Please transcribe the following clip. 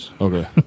Okay